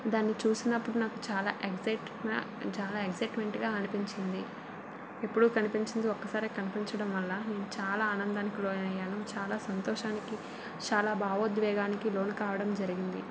దాన్ని చూసినప్పుడు నాకు చాలా ఎక్సైట్ చాలా ఎక్సక్ట్మెంట్గా అనిపించింది ఎప్పుడు కనిపించనిది ఒకసారి కంపించడం వల్ల నేను చాలా ఆనందానికి లోనయ్యాను చాలా సంతోషానికి చాలా భావోద్వేగానికి లోను కావడం జరిగింది